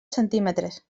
centímetres